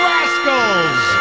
Rascals